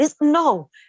No